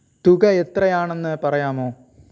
തുക എത്രയാണെന്നു പറയാമോ